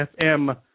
FM